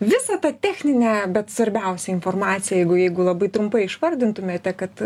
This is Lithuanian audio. visą tą techninę bet svarbiausią informaciją jeigu jeigu labai trumpai išvardintumėte kad